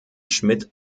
schmidt